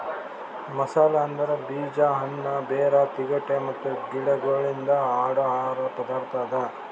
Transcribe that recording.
ಮಸಾಲೆ ಅಂದುರ್ ಬೀಜ, ಹಣ್ಣ, ಬೇರ್, ತಿಗೊಟ್ ಮತ್ತ ಗಿಡಗೊಳ್ಲಿಂದ್ ಮಾಡೋ ಆಹಾರದ್ ಪದಾರ್ಥ ಅದಾ